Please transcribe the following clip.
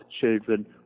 children